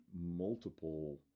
multiple